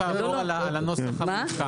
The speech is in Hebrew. לא, לא, מה?